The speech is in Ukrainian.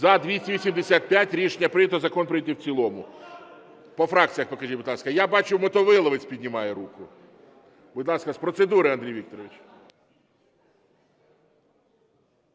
За-285 Рішення прийнято. Закон прийнятий в цілому. По фракціях покажіть, будь ласка. Я бачу, Мотовиловець піднімає руку. Будь ласка, з процедури, Андрій Вікторович.